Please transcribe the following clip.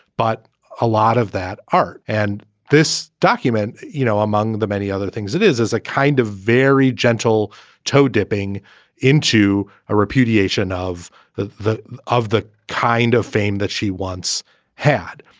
but a lot of that art and this document, you know, among the many other things, it is as a kind of very gentle toe dipping into a repudiation of the the of the kind of fame that she once had.